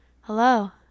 hello